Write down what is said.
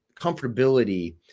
comfortability